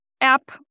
app